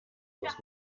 muss